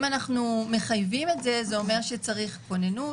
אנחנו מחייבים את זה זה אומר שצריך כוננות.